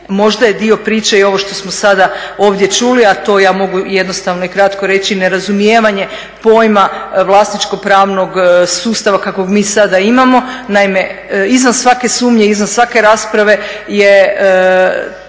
možda je dio priče i ovo što smo sada ovdje čuli, a to ja mogu jednostavno i kratko reći, nerazumijevanje pojma vlasničko pravnog sustava kakvog mi sada imamo. Naime, izvan svake sumnje, izvan svake rasprave je